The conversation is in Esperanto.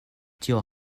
tio